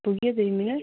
पुग्यो दुई मिनेट